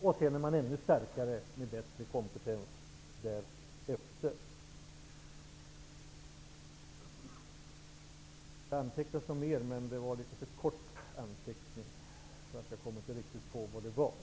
Därefter är man ännu starkare och har en bättre kompetens.